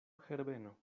herbeno